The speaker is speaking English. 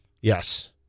Yes